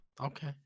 okay